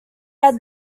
had